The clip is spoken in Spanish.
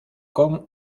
con